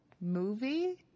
movie